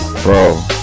Bro